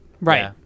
Right